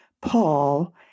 Paul